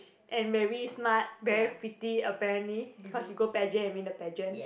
and very smart very pretty apparently cause she go pageant and win the pageant